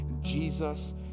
Jesus